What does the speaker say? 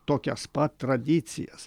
tokias pat tradicijas